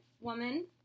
woman